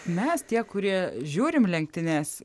mes tie kurie žiūrim lenktynes